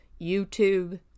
YouTube